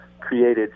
created